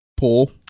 pull